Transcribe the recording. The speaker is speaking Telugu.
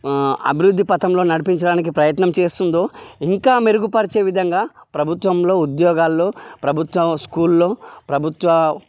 అభివృద్ధి పథంలో నడిపించడానికి ప్రయత్నం చేస్తుందో ఇంకా మెరుగుపరిచే విధంగా ప్రభుత్వంలో ఉద్యోగాల్లో ప్రభుత్వ స్కూల్లో ప్రభుత్వ